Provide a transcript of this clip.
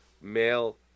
male